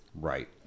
Right